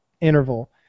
interval